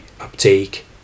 uptake